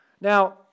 Now